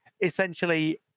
essentially